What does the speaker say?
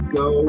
go